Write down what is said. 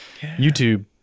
YouTube